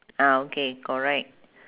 ah okay correct